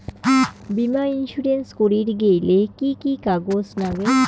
বীমা ইন্সুরেন্স করির গেইলে কি কি কাগজ নাগে?